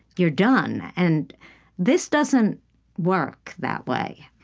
you're done. and this doesn't work that way.